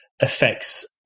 affects